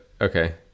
okay